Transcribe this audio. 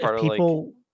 people